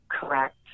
correct